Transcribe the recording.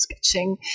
sketching